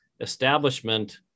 establishment